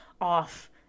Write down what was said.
off